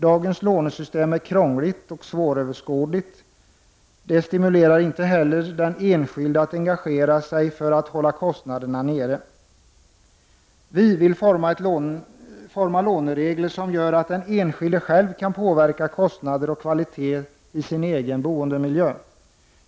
Dagens lånesystem är krångligt och svåröverskådligt. Det stimulerar inte heller den enskilde att engagera sig för att hålla kostnaderna nere. Vi vill forma låneregler som gör att den enskilde själv kan påverka kostnader och kvalitet i sin egen boendemiljö.